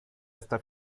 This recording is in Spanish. esta